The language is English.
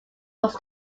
was